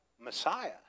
Messiah